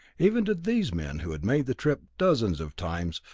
even to these men who had made the trip dozens of times,